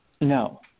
No